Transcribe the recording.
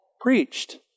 preached